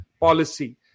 policy